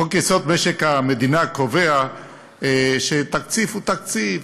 חוק-יסוד: משק המדינה קובע שתקציב הוא תקציב,